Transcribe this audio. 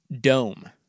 Dome